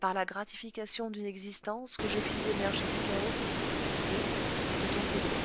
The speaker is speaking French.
par la gratification d'une existence que je fis émerger du chaos et de ton coté